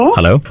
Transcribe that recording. Hello